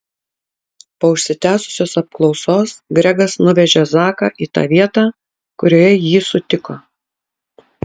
po užsitęsusios apklausos gregas nuvežė zaką į tą vietą kurioje jį sutiko